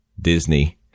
Disney